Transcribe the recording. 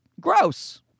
gross